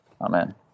Amen